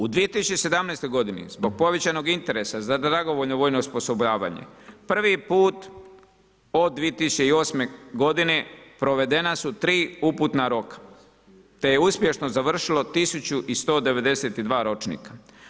U 2017. godini zbog povećanog interesa za dragovoljno vojno osposobljavanja, prvi put od2008. godine provedena su 3 uputna roka te je uspješno završilo 1092 ročnika.